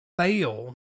fail